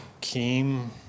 came